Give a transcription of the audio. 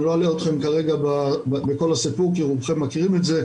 אני לא אלאה אתכם כרגע בכל הסיפור כי רובכם מכירים את זה,